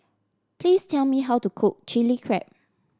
please tell me how to cook Chilli Crab